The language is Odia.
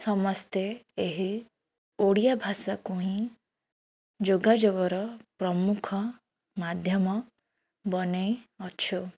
ସମସ୍ତେ ଏହି ଓଡ଼ିଆ ଭାଷାକୁ ହିଁ ଯୋଗାଯୋଗ ର ପ୍ରମୁଖ ମାଧ୍ୟମ ବନେଇ ଅଛୁ